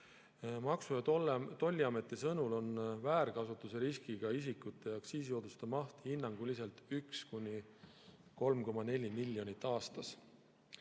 Maksu- ja Tolliameti sõnul on väärkasutuse riskiga isikute aktsiisisoodustuse maht hinnanguliselt 1–3,4 miljonit